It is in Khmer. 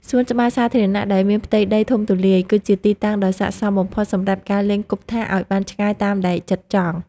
សួនច្បារសាធារណៈដែលមានផ្ទៃដីធំទូលាយ គឺជាទីតាំងដ៏ស័ក្តិសមបំផុតសម្រាប់ការលេងគប់ថាសឱ្យបានឆ្ងាយតាមដែលចិត្តចង់។